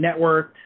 networked